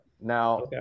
Now